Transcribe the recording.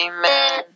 Amen